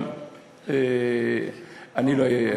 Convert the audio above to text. אבל לא אהיה,